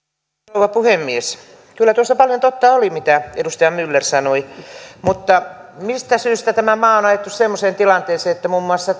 rouva puhemies kyllä tuossa paljon totta oli mitä edustaja myller sanoi mutta mistä syystä tämä maa on ajettu semmoiseen tilanteeseen että muun muassa